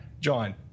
John